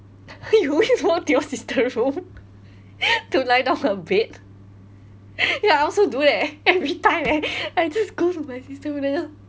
you walk in to your sister room to lie down her bed ya I also do that every time eh I just go to my sister room then just